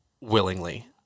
willingly